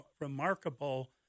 remarkable